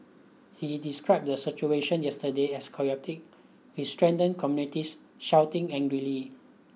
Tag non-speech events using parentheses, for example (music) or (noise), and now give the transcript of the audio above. he described the situation yesterday as (unintelligible) with stranded communities shouting angrily